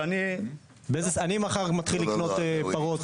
אני מחר אתחיל לקנות פרות,